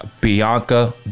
Bianca